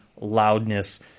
loudness